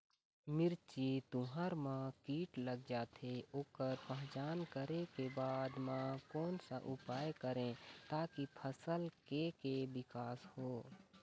मिर्ची, तुंहर मा कीट लग जाथे ओकर पहचान करें के बाद मा कोन सा उपाय करें ताकि फसल के के विकास हो?